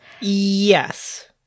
Yes